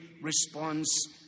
response